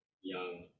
young